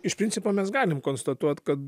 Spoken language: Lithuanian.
iš principo mes galim konstatuot kad